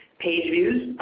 page views,